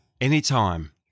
anytime